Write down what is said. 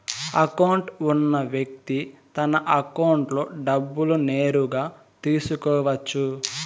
account ఉన్న వ్యక్తి తన అకౌంట్లో డబ్బులు నేరుగా తీసుకోవచ్చు